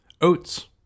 Oats